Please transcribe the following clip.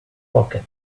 pocket